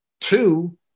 Two